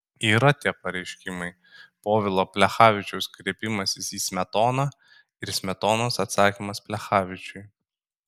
yra tie pareiškimai povilo plechavičiaus kreipimasis į smetoną ir smetonos atsakymas plechavičiui